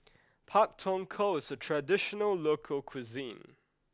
Pak Thong Ko is a traditional local cuisine